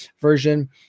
version